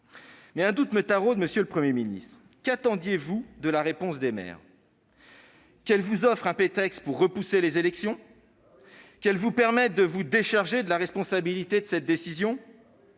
Un doute me taraude, monsieur le Premier ministre : qu'attendiez-vous de la réponse des maires ? Qu'elle vous offre un prétexte pour repousser les élections ? Eh oui ! Qu'elle vous permette de vous décharger de la responsabilité de cette décision ?